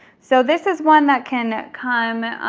so this is one that can come,